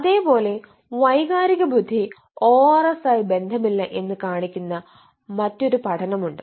അതെപോലെ വൈകാരിക ബുദ്ധി ORS ആയി ബന്ധമില്ല എന്ന് കാണിക്കുന്ന മറ്റൊരു പഠനമുണ്ട്